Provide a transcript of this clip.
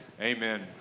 Amen